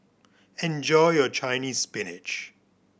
enjoy your Chinese Spinach